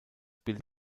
bild